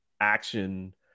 action